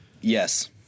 Yes